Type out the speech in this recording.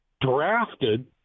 drafted